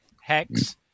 hex